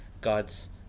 God's